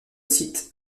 site